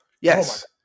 Yes